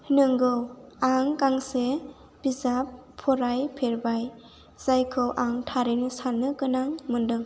नोंगौ आं गांसे बिजाब फराय फेरबाय जायखौ आं थारैनो साननो गोनां मोनदों